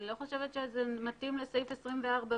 אני לא חושבת שזה מתאים לסעיף 24(ב).